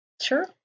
Sure